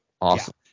awesome